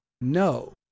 No